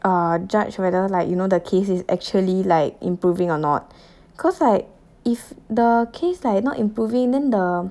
uh judge whether like you know the case is actually like improving or not cause like if the case like not improving then the